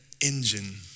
engine